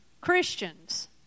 Christians